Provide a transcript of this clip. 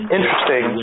Interesting